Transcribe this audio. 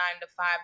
nine-to-five